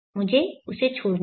मुझे उसे छोड़ने दे